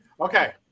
Okay